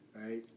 right